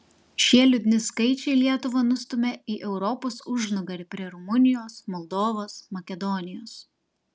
šie liūdni skaičiai lietuvą nustumia į europos užnugarį prie rumunijos moldovos makedonijos